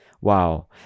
Wow